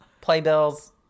Playbills